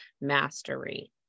mastery